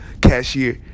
cashier